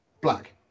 Black